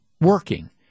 working